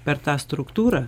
per tą struktūrą